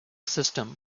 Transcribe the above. system